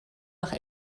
nach